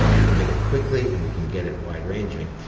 we can get it quickly and we can get it wide-ranging,